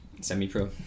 Semi-pro